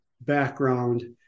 background